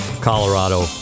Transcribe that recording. Colorado